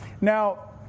Now